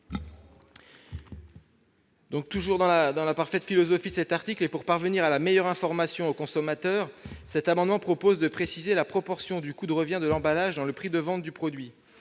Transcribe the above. conformité avec la philosophie de cet article et pour offrir la meilleure information au consommateur, nous proposons de préciser la proportion du coût de revient de l'emballage dans le prix de vente du produit.